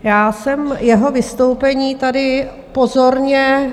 Já jsem jeho vystoupení tady pozorně...